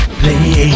play